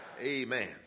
Amen